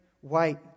white